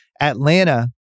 Atlanta